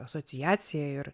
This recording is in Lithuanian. asociaciją ir